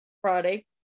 Friday